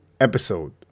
episode